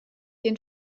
den